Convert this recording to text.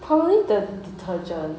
probably the detergent